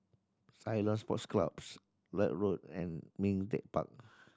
Ceylon Sports Clubs Lloyd Road and Ming Teck Park